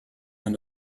man